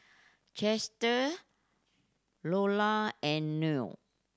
Chester Lola and Noel